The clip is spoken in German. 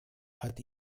hat